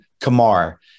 Kamar